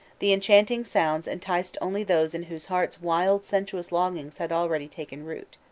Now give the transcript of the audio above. the enchanting sounds enticed only those in whose hearts wild sensuous longings had already taken root.